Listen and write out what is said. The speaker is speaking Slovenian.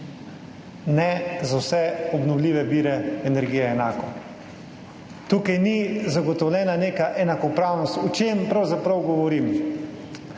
ne za vse obnovljive vire energije enako. Tukaj ni zagotovljena neka enakopravnost. O čem pravzaprav govorim?